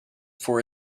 for